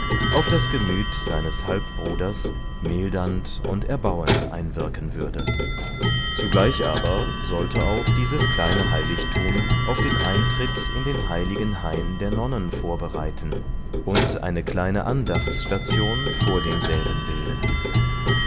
auf das gemüt seines halbbruders mildernd und erbauend einwirken würde zugleich aber sollte auch dieses kleine heiligtum auf den eintritt in den heiligen hain der nonnen vorbereiten und eine kleine andachtsstation vor demselben bilden